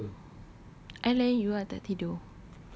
no I layan you ah tak tidur